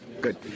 Good